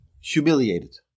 humiliated